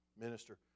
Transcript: minister